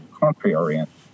country-oriented